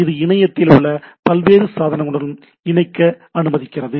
இது இணையத்தில் உள்ள பல்வேறு சாதனங்களுடன் இணைக்க அனுமதிக்கிறது